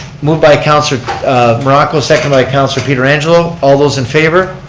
moved by councilor morocco, seconded by councilor pietrangelo. all those in favor?